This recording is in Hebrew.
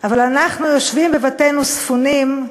אבל אנחנו יושבים בבתינו ספונים,